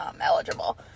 eligible